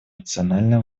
национальные